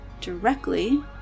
directly